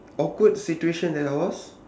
awkward situation that I was